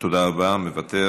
תודה רבה, מוותר,